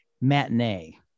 matinee